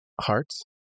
Hearts